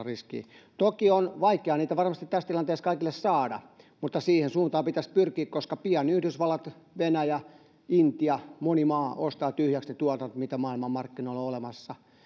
riskiä toki on vaikea niitä varmasti tässä tilanteessa kaikille saada mutta siihen suuntaan pitäisi pyrkiä koska pian yhdysvallat venäjä intia moni maa ostavat tyhjäksi ne tuotannot mitä maailmanmarkkinoilla on olemassa